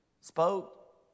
spoke